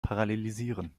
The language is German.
parallelisieren